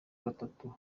batatu